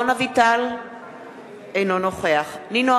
(קוראת בשמות חברי הכנסת) דורון אביטל,